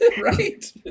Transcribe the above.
right